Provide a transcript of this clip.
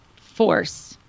force